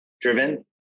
driven